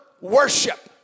worship